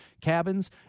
Cabins